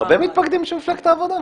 הרבה מתפקדים של מפלגת העבודה?